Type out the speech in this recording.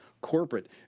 corporate